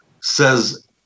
says